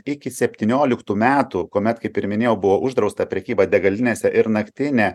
iki septynioliktų metų kuomet kaip ir minėjau buvo uždrausta prekyba degalinėse ir naktinė